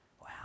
Wow